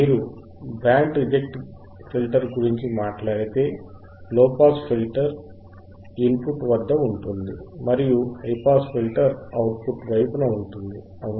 మీరు band reject filter గురించి మాట్లాడితే లోపాస్ ఫిల్టర్ ఇన్ పుట్ వద్ద ఉంటుంది మరియు హైపాస్ ఫిల్టర్ అవుట్ పుట్ వైపున ఉంటుంది అవునా